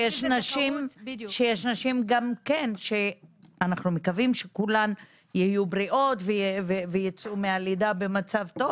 אנחנו מקווים שכל הנשים יהיו בריאות ויצאו מהלידה במצב טוב,